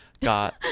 got